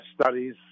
studies